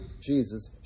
Jesus